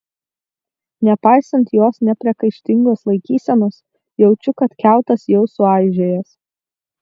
nepaisant jos nepriekaištingos laikysenos jaučiu kad kiautas jau suaižėjęs